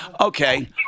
Okay